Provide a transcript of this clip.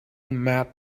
mad